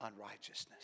unrighteousness